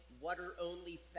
water-only